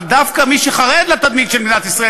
אבל דווקא מי שחרד לתדמית של מדינת ישראל